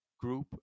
group